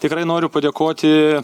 tikrai noriu padėkoti